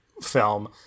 film